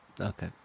Okay